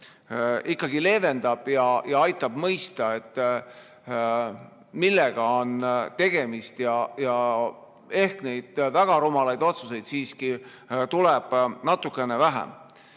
ikkagi leevendab ja aitab mõista, millega on tegemist, ehk tuleb väga rumalaid otsuseid edaspidi siiski natukene vähem.